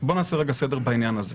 בואו נעשה רגע סדר בעניין הזה.